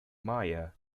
maya